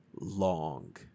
long